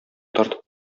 тартып